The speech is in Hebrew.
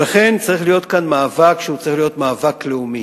לכן צריך להיות כאן מאבק, שצריך להיות מאבק לאומי: